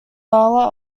bala